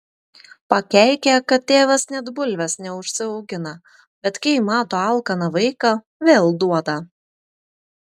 pakeikia kad tėvas net bulvės neužsiaugina bet kai mato alkaną vaiką vėl duoda